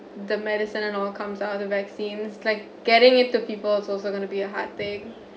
the medicine and all comes out the vaccines like getting it to people also going to be a hard thing